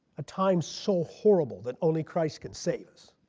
a time so horrible that only christ can save us.